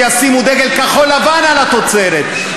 שישימו דגל כחול-לבן על התוצרת,